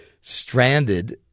stranded